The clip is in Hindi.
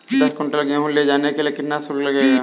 दस कुंटल गेहूँ ले जाने के लिए कितना शुल्क लगेगा?